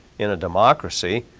in a democracy,